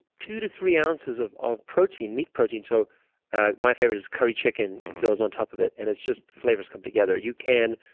two to three ounces of of protein, meat protein. so ah my favorite is curry chicken goes on top of it and it's just flavors come together you can,